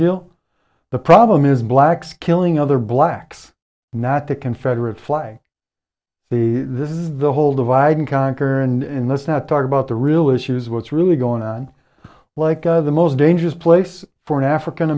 deal the problem is blacks killing other blacks not the confederate flag the this is the whole divide and conquer and in this that talk about the real issues what's really going on like of the most dangerous place for an african